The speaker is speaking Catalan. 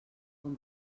com